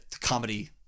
comedy